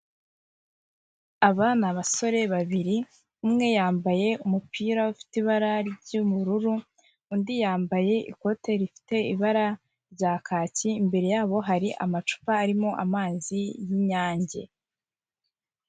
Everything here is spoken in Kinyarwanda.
Abana abasore babiri, umwe yambaye umupira ufite ibara ry'ubururu, undi yambaye ikote rifite ibara rya kaki, imbere yabo hari amacupa arimo amazi y'inyange.